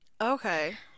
okay